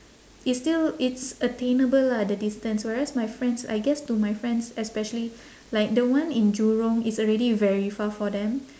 it's still it's attainable lah the distance whereas my friends I guess to my friends especially like the one in jurong it's already very far for them